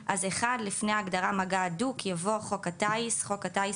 לפני ההגדרה "מגע הדוק" יבוא: ""חוק הטיס" חוק הטיס,